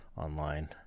online